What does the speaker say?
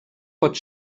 pot